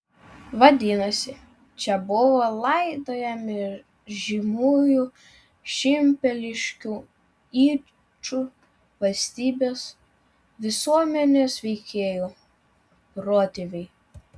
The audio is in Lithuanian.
vadinasi čia buvo laidojami žymiųjų šimpeliškių yčų valstybės visuomenės veikėjų protėviai